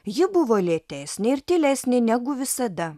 ji buvo lėtesnė ir tylesnė negu visada